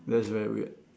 that's very weird